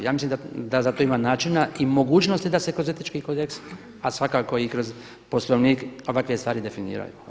Ja mislim da za to ima načina i mogućnosti da se kroz etički kodeks, a svakako i kroz Poslovnik ovakve stvari definiraju.